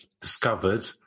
discovered